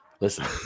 Listen